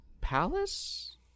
palace